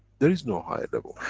there is no higher level.